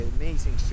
amazing